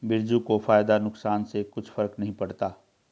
बिरजू को फायदा नुकसान से कुछ फर्क नहीं पड़ता